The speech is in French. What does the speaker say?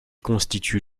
constitue